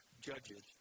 Judges